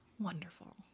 Wonderful